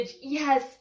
yes